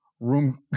Room